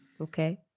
Okay